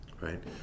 right